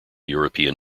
european